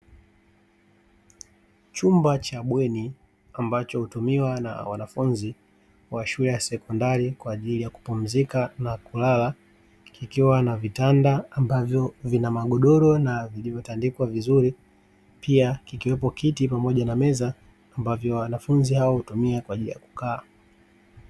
Chumba cha bweni ambacho hutumiwa na wanafunzi wa shule ya sekondari kwa ajili ya kupumzika na kulala, kikiwa na vitanda ambavyo vina magodoro na vilivyotandikwa vizuri. Pia, kikiwepo kiti pamoja na meza ambavyo wanafunzi hao hutumia kwa ajili ya kukaa.